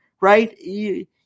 right